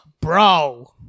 Bro